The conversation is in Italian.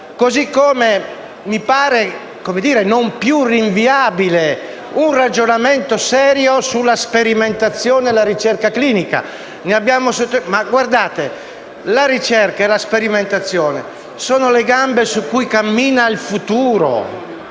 Mi pare inoltre non più rinviabile un ragionamento serio sulla sperimentazione e la ricerca clinica. Guardate, la ricerca e la sperimentazione sono le gambe su cui cammina il futuro